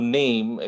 name